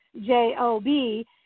J-O-B